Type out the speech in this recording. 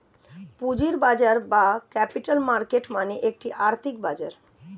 পুঁজির বাজার বা ক্যাপিটাল মার্কেট মানে একটি আর্থিক বাজার